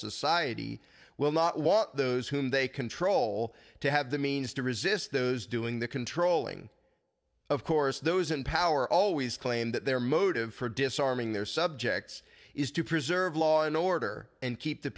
society will not want those whom they control to have the means to resist those doing the controlling of course those in power always claim that their motive for disarming their subjects is to preserve law and order and keep the